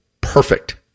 Perfect